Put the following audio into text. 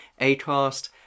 Acast